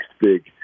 big